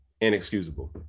Inexcusable